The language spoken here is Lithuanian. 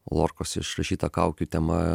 lorkos išrašyta kaukių tema